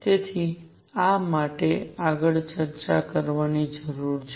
તેથી આ મારે આગળ ચર્ચા કરવાની જરૂર છે